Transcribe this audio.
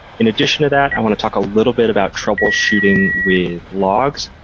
in addition to that, i want to talk a little bit about troubleshooting with logs.